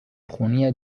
خونی